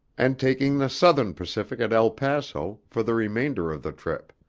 and taking the southern pacific at el paso for the remainder of the trip.